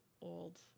old